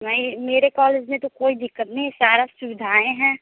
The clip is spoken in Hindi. नहीं मेरे कॉलेज में तो कोई दिक़्क़त नहीं सारा सुविधाएँ हैं